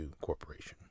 Corporation